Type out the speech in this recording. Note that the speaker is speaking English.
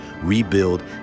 rebuild